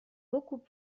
beaucoup